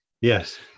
Yes